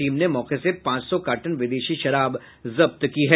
team ने मौके से पांच सौ कार्टन विदेशी शराब जब्त की है